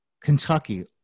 Kentucky